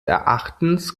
erachtens